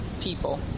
people